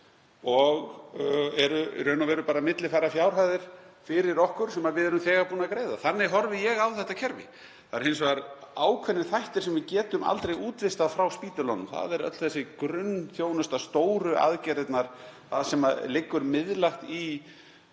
og eru í raun og veru bara að millifæra fjárhæðir fyrir okkur það sem við erum þegar búin að greiða. Þannig horfi ég á þetta kerfi. Það eru hins vegar ákveðnir þættir sem við getum aldrei útvistað frá spítölunum. Það er öll grunnþjónustan, stóru aðgerðirnar, það sem liggur miðlægt á